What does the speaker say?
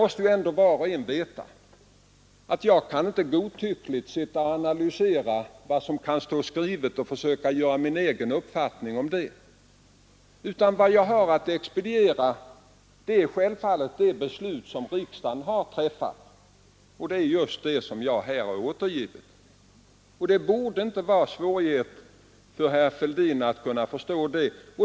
Var och en måste ändå veta att jag inte kan sitta och analysera vad som kan stå skrivet och godtyckligt bilda mig en egen uppfattning, utan jag har självfallet att expediera de beslut riksdagen fattat — dvs. just det som jag här återgivit. Det borde inte vara svårigheter för herr Fälldin att förstå det.